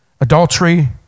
adultery